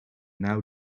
now